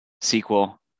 sequel